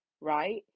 right